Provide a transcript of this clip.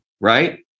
right